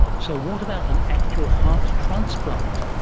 so what about an actual heart transplant?